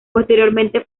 posteriormente